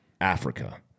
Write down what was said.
Africa